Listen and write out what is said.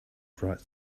bright